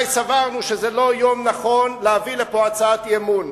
סברנו שזה לא יום נכון להביא לפה הצעת אי-אמון,